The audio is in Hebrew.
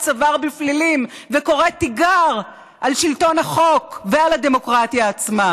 צוואר בפלילים וקורא תיגר על שלטון החוק ועל הדמוקרטיה עצמה.